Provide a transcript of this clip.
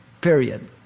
period